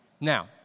Now